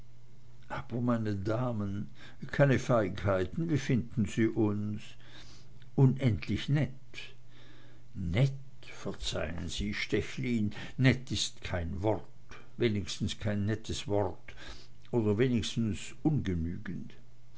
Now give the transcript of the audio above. meine damen keine feigheiten wie finden sie uns unendlich nett nett verzeihen sie stechlin nett ist kein wort wenigstens kein nettes wort oder wenigstens ungenügend